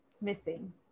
missing